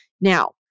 Now